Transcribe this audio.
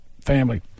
family